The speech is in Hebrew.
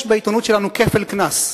יש בעיתונות שלנו כפל קנס.